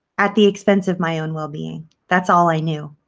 at the expense of my own well-being that's all i knew.